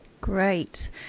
Great